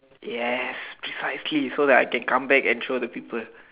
yes precisely so that I can come back and show the people